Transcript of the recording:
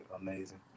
amazing